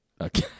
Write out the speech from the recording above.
Okay